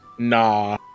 nah